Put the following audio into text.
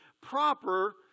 proper